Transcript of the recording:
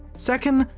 second